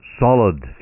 solid